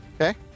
Okay